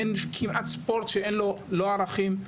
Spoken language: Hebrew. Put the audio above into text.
אין כמעט ספורט שאין בו ערכים,